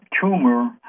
tumor